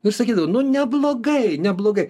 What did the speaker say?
nu sakydavo nu neblogai neblogai